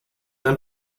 ein